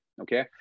Okay